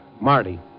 Marty